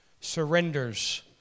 surrenders